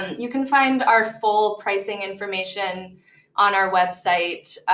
you can find our full pricing information on our website.